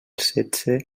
setze